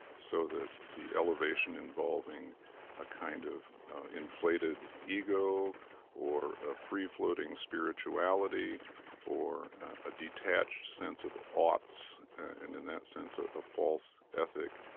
so that the elevation involving a kind of inflated ego or a free-floating spirituality or a detached sense of oughts and in that sense a false ethic,